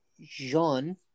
Jean